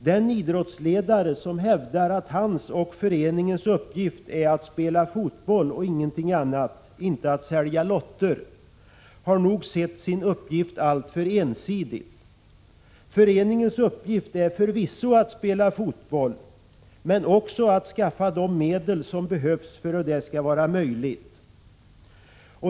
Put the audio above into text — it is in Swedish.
Den idrottsledare som hävdar att hans och föreningens uppgift är att spela fotboll, inte att sälja lotter, har nog sett sin uppgift alltför ensidigt. Föreningens uppgift är förvisso att spela fotboll, men också att skaffa de medel som behövs för att det skall vara möjligt.